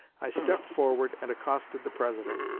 i stepped forward and accosted the president